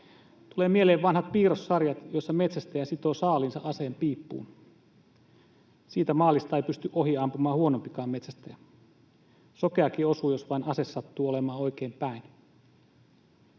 Tulee mieleen vanhat piirrossarjat, joissa metsästäjä sitoo saaliinsa aseen piippuun. Siitä maalista ei pysty ohiampumaan huonompikaan metsästäjä. Sokeakin osuu, jos ase vain sattuu olemaan oikein päin.